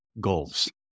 goals